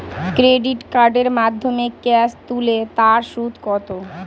Credit কার্ডের মাধ্যমে cash তুলে তার সুদ কত?